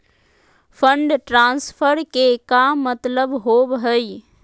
Fund transfer के का मतलब होव हई?